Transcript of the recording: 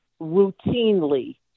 routinely